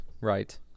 right